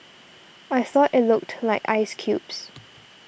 I thought it looked like ice cubes